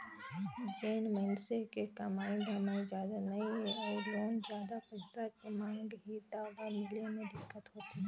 जेन मइनसे के कमाई धमाई जादा नइ हे अउ लोन जादा पइसा के मांग ही त ओला मिले मे दिक्कत होथे